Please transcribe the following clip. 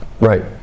Right